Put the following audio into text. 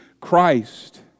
Christ